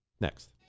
next